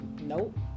Nope